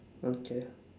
okay